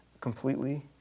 completely